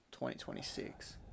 2026